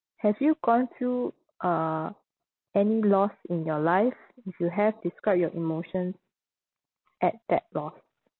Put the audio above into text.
have you gone through uh any loss in your life if you have describe your emotions at that loss